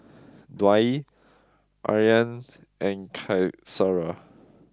Dwi Aryan and Qaisara